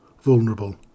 vulnerable